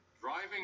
driving